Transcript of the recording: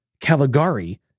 Caligari